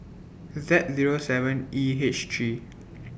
Z Zero seven E H three